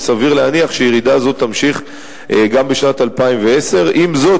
וסביר להניח שירידה זו תימשך גם בשנת 2010. עם זאת,